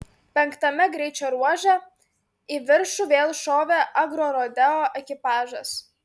penktame greičio ruože į viršų vėl šovė agrorodeo ekipažas